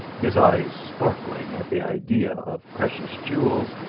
his eyes sparkling at the idea of precious jewels,